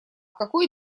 какой